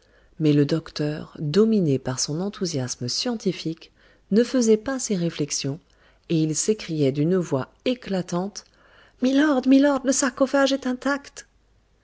mais le docteur dominé par son enthousiasme scientifique ne faisait pas ces réflexions et il s'écriait d'une voix éclatante milord milord le sarcophage est intact